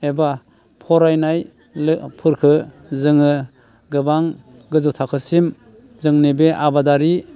एबा फरायनायफोरखौ जोङो गोबां गोजौ थाखोसिम जोंनि बे आबादारि